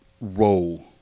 role